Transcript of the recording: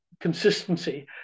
consistency